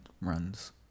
runs